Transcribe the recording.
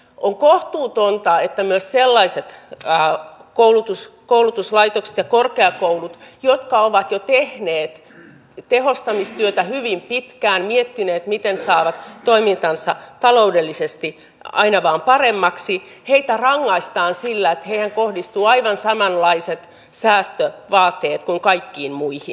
on kohtuutonta että myös sellaisia koulutuslaitoksia ja korkeakouluja jotka ovat jo tehneet tehostamistyötä hyvin pitkään miettineet miten saavat toimintansa taloudellisesti aina vain paremmaksi rangaistaan sillä että heihin kohdistuvat aivan samanlaiset säästövaateet kuin kaikkiin muihin